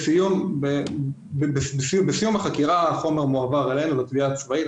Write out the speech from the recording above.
בסיום החקירה החומר מועבר אלינו לתביעה הצבאית,